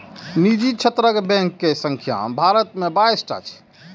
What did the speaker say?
निजी क्षेत्रक बैंक के संख्या भारत मे बाइस टा छै